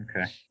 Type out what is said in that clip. Okay